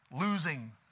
Losing